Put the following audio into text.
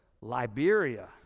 Liberia